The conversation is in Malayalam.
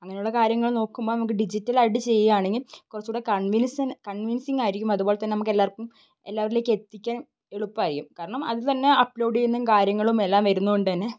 അങ്ങനെ ഉള്ള കാര്യങ്ങൾ നോക്കുമ്പോൾ നമുക്ക് ഡിജിറ്റലായിട്ട് ചെയ്യുക ആണെങ്കിൽ കുറച്ചൂടെ കൺവിൻസ് കൺവീൻസിങ്ങായിരിക്കും അതുപോലെ തന്നെ നമുക്ക് എല്ലാവർക്കും എല്ലാവരിലേക്ക് എത്തിക്കാൻ എളുപ്പമായിരിക്കും കാരണം അതിൽ തന്നെ അപ്ലോഡ് ചെയ്യുന്നേം കാര്യങ്ങളും എല്ലാം വരുന്നത് കൊണ്ട് തന്നെ